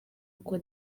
uko